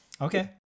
Okay